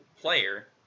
player